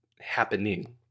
happening